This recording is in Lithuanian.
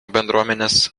bendruomenės